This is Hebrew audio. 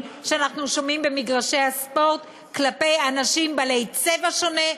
שאנחנו שומעים במגרשי הספורט כלפי אנשים בעלי צבע שונה,